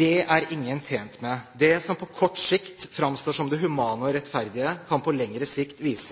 Det er ingen tjent med. Det som på kort sikt framstår som det humane og rettferdige, kan på lengre sikt vise